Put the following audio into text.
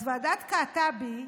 אז ועדת קעטבי,